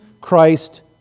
christ